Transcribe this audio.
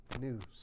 news